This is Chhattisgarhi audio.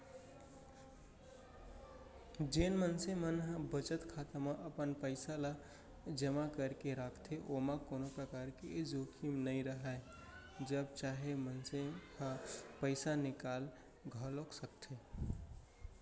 जेन मनसे मन ह बचत खाता म अपन पइसा ल जमा करके राखथे ओमा कोनो परकार के जोखिम नइ राहय जब चाहे मनसे ह पइसा निकाल घलौक सकथे